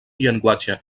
llenguatge